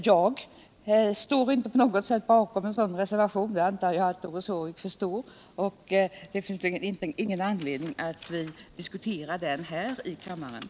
Jag står inte på något sätt bakom en sådan reservation, och det antar jag att Doris Håvik förstår.